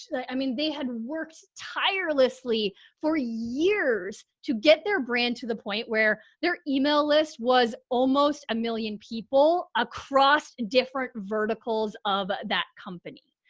i mean they had worked tirelessly for years to get their brand to the point where their email list was almost a million people across different verticals of that company,